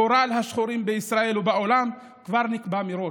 גורל השחורים בישראל ובעולם כבר נקבע מראש.